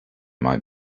might